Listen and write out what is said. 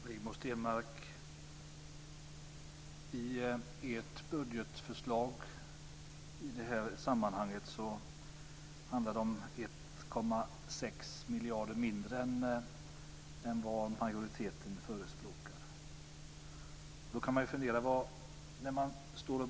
Fru talman! I ert budgetförslag, Rigmor Stenmark, i det här sammanhanget handlar det om 1,6 miljarder mindre än vad majoriteten förespråkar.